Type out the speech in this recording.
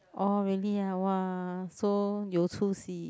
oh really ah !wah! so 有出息